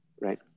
Right